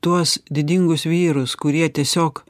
tuos didingus vyrus kurie tiesiog